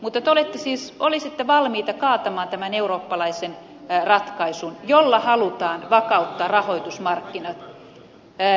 mutta te olisitte siis valmiita kaatamaan tämän eurooppalaisen ratkaisun jolla halutaan vakauttaa rahoitusmarkkinat